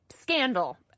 scandal